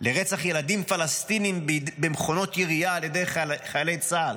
לרצח ילדים פלסטינים במכונות ירייה על ידי חיילי צה"ל,